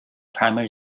primary